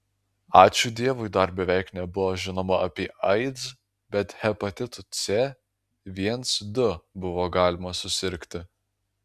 ačiū dievui dar beveik nebuvo žinoma apie aids bet hepatitu c viens du buvo galima susirgti